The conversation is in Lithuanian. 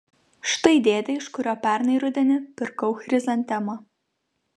štai dėdė iš kurio pernai rudenį pirkau chrizantemą